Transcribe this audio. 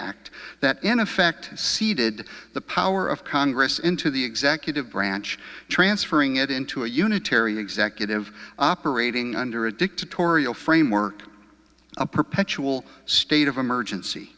act that in effect ceded the power of congress into the executive branch transferring it into a unitary executive operating under a dictatorial framework a perpetual state of emergency